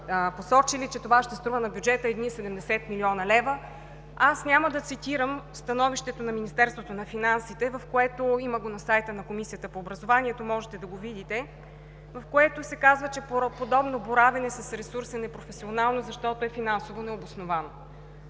че това ще струва на бюджета едни 70 млн. лв. Няма да цитирам Становището на Министерството на финансите – има го на сайта на Комисията по образованието, може да го видите – в което се казва, че подобно боравене с ресурс е непрофесионално, защото е финансово необосновано.